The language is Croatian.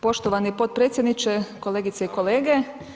Poštovani potpredsjedniče, kolegice i kolege.